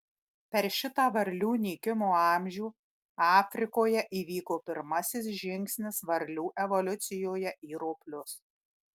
per šitą varlių nykimo amžių afrikoje įvyko pirmasis žingsnis varlių evoliucijoje į roplius